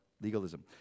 Legalism